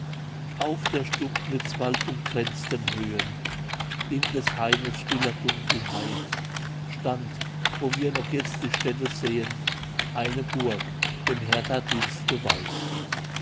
auf der stubnitz waldumkränzten höhen in des haines stiller dunkelheit stand wo wir noch jetzt die stätte sehen eine burg dem hertha dienst geweiht